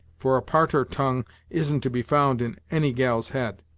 for a tarter tongue isn't to be found in any gal's head,